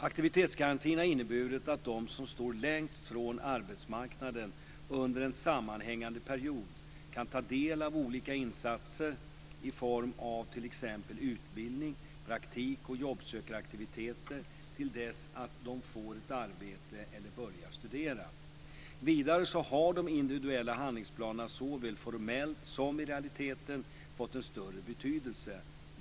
Aktivitetsgarantin har inneburit att de som står längst från arbetsmarknaden under en sammanhängande period kan ta del av olika insatser i form av t.ex. utbildning, praktik och jobbsökaraktiviteter, till dess att de får ett arbete eller börjar studera. Vidare har de individuella handlingsplanerna såväl formellt som i realiteten fått en större betydelse.